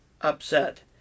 upset